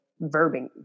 verbing